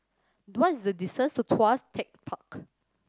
what is the distance to Tuas Tech Park